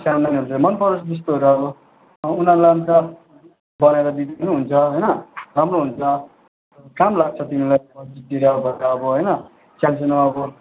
स्यानु नानीहरले मनपराउँछ त्यस्तोहरू आबो उनारलाई अन्त बनाएर दिँदा पनि हुन्छ होइन राम्रो हुन्छ काम लाग्छ तिमीलाई पछितिर आबो होइन स्यानस्यानु आबो